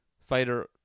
fighter